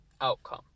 outcome